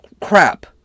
crap